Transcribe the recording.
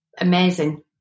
amazing